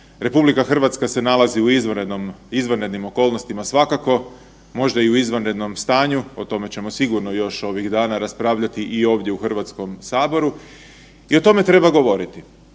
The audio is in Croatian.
situaciji, RH se nalazi u izvanrednim okolnostima svakako, možda i u izvanrednom stanju o tome ćemo sigurno još ovih dana raspravljati i ovdje u Hrvatskom saboru i o tome treba govoriti.